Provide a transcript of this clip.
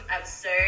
absurd